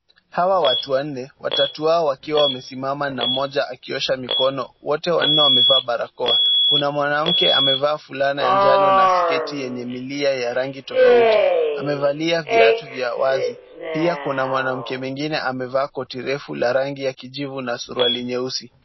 Hawa watu wanne, watatu wao wakiwa wamesimama na mmoja akiosha mikono. Wote wanne wamevaa barakoa. Kuna mwanamke amevaa fulana ya njano na sketi yenye milia ya rangi tofauti. Amevalia viatu vya wazi. Pia kuna mwanamke mwingine amevaa koti refu la rangi ya kijivu na suruali nyeusi.